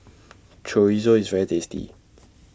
Chorizo IS very tasty